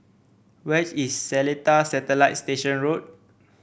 where is Seletar Satellite Station Road